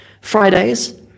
Fridays